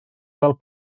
fel